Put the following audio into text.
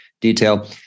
detail